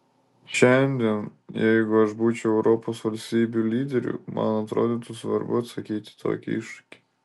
šiandien jeigu aš būčiau europos valstybių lyderiu man atrodytų svarbu atsakyti į tokį iššūkį